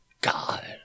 God